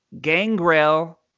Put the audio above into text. Gangrel